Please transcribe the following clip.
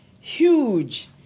huge